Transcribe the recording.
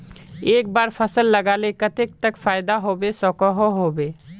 एक बार फसल लगाले कतेक तक फायदा होबे सकोहो होबे?